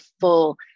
full